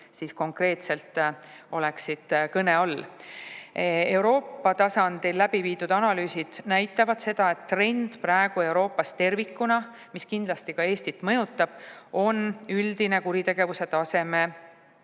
konkreetselt oleksid kõne all. Euroopa tasandil läbi viidud analüüsid näitavad seda, et trend praegu Euroopas tervikuna, mis kindlasti ka Eestit mõjutab, on üldine kuritegevuse taseme